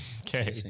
Okay